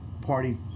party